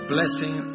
blessing